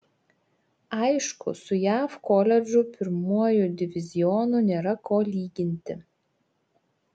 aišku su jav koledžų pirmuoju divizionu nėra ko lyginti